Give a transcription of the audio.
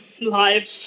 life